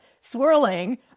swirling